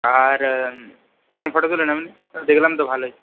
আর কেমন ফটো তোলেন আপনি দেখলাম তো ভালোই